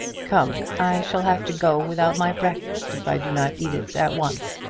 come i shall have to go without my breakfast if i do not eat it at once.